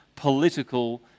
political